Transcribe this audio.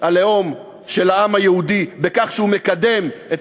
הלאום של העם היהודי בכך שהוא מקדם את